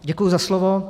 Děkuji za slovo.